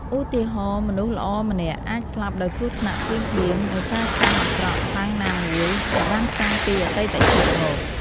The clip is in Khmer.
ឧទាហរណ៍ មនុស្សល្អម្នាក់អាចស្លាប់ដោយគ្រោះថ្នាក់ភ្លាមៗដោយសារកម្មអាក្រក់ខ្លាំងណាមួយដែលបានសាងពីអតីតជាតិមក។